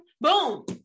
boom